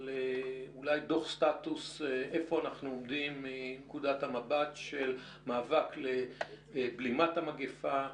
אולי דו"ח סטטוס איפה אנחנו עומדים מבחינת המאבק לבלימת המגיפה,